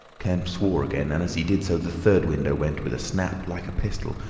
kemp swore again, and as he did so the third window went with a snap like a pistol,